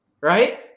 right